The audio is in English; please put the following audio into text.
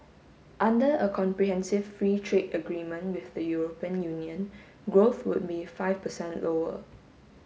under a comprehensive free trade agreement with the European Union growth would be five percent lower